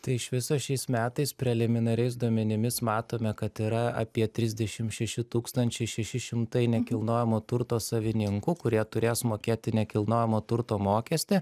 tai iš viso šiais metais preliminariais duomenimis matome kad yra apie trisdešim šeši tūkstančiai šeši šimtai nekilnojamo turto savininkų kurie turės mokėti nekilnojamojo turto mokestį